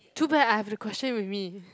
too bad I have the question with me